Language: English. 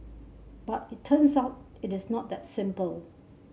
but it turns out it is not that simple